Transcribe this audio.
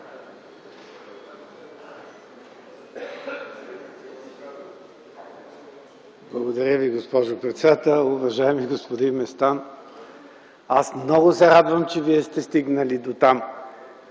Благодаря Ви, госпожо председател. Уважаеми господин Местан, аз много се радвам, че Вие сте стигнали дотам